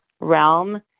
realm